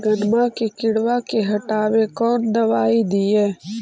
बैगनमा के किड़बा के हटाबे कौन दवाई दीए?